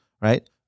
right